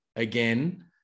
Again